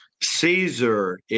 Caesar